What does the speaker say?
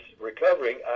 recovering